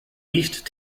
east